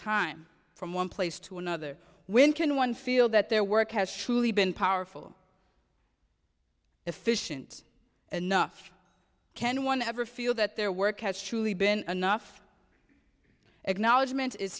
time from one place to another when can one feel that their work has truly been powerful efficient enough can one ever feel that their work has truly been enough acknowledgment is